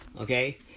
Okay